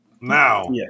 Now